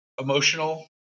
emotional